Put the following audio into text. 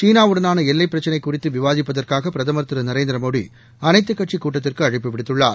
சீனா வுடனான எல்லைப் பிரச்சினை குறிதது விவாதிப்பதற்காக பிரதமா் திரு நரேந்திரமோடி அனைத்துக் கட்சிக் கூட்டத்திற்கு அழைப்பு விடுத்துள்ளார்